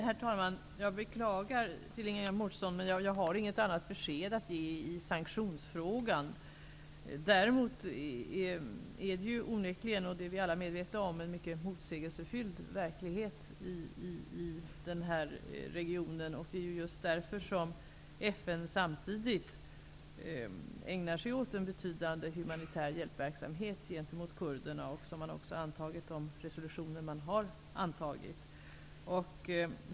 Herr talman! För Ingela Mårtensson måste jag beklaga att jag inte har något annat besked i sanktionsfrågan. Vi är alla medvetna om att det är en mycket motsägelsefylld verklighet i denna region. Det är därför FN också ägnar sig åt en betydande humanitär hjälpverksamhet gentemot kurderna och har antagit de förut nämnda resolutionerna.